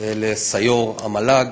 לסיו"ר המל"ג.